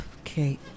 okay